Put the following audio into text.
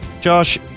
Josh